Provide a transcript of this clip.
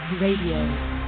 Radio